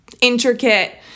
intricate